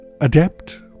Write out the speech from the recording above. Adept